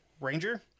ranger